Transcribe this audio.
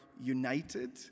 united